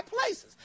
places